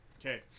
Okay